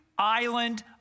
island